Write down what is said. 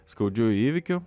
skaudžių įvykių